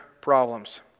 problems